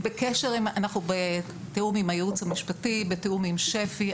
אנחנו בתיאום עם הייעוץ המשפטי, בתיאום עם שפ"י.